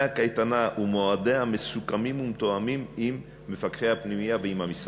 ומועדיה מסוכמים ומתואמים עם מפקחי הפנימייה ועם המשרד.